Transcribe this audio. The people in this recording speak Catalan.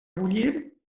bullir